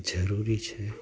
જરૂરી છે